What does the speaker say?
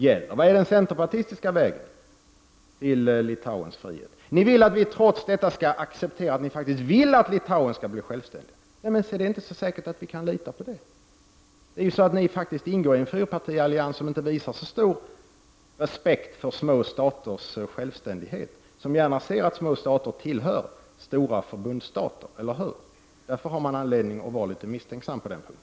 Vilken är den centerpartistiska vägen till Litauens frihet? Ni vill att vi trots detta skall acceptera att ni faktiskt vill att Litauen skall bli självständigt. Men det är inte så säkert att vi kan lita på det. Ni ingår i en fempartiallians som inte visar så stor respekt för små staters självständighet och som gärna ser att små stater tillhör stora förbundsstater, eller hur? Därför har man anledning att vara litet misstänksam på den punkten.